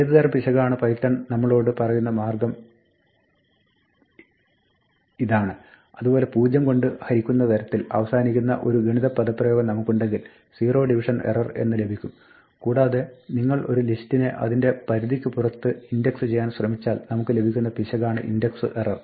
ഏത് തരം പിശകാണ് എന്ന് പൈത്തൺ നമ്മളോട് പറയുന്ന മാർഗ്ഗം ഇതാണ് അതുപോലെ പൂജ്യം കൊണ്ട് ഹരിക്കുന്ന തരത്തിൽ അവസാനിക്കുന്ന ഒരു ഗണിത പദപ്രയോഗം നമുക്കുണ്ടെങ്കിൽ സീറോ ഡിവിഷൻ എറർ എന്ന് ലഭിക്കും കൂടാതെ നിങ്ങൾ ഒരു ലിസ്റ്റിനെ അതിന്റെ പരിധിക്ക് പുറത്ത് നിന്ന് ഇൻഡക്സ് ചെയ്യാൻ ശ്രമിച്ചാൽ നമുക്ക് ലഭിക്കന്ന പിശകാണ് ഇൻഡക്സ് എറർ